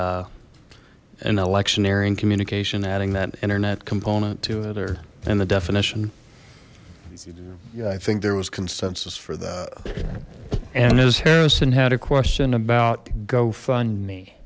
a an electioneering communication adding that internet component to it or in the definition yeah i think there was consensus for that and as harrison had a question about gofundme